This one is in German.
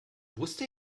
wusste